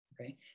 okay